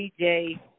DJ